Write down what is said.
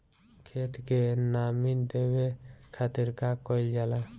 खेत के नामी देवे खातिर का कइल जाला?